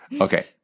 Okay